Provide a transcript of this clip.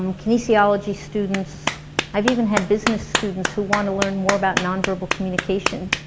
um kinesiology students i've even had business students who wanna learn more about non verbal communication